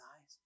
eyes